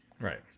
right